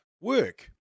work